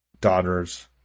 daughters